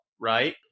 right